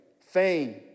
fame